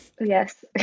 yes